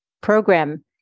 program